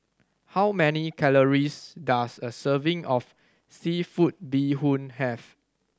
how many calories does a serving of seafood bee hoon have